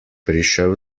prišel